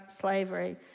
slavery